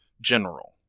general